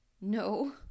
No